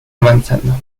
avanzando